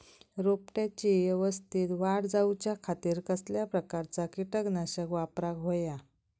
रोपट्याची यवस्तित वाढ जाऊच्या खातीर कसल्या प्रकारचा किटकनाशक वापराक होया?